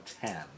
ten